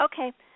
Okay